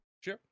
Sure